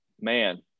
Man